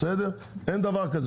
אין בעיה,